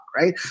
right